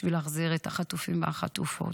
בשביל להחזיר את החטופים והחטופות.